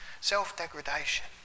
Self-degradation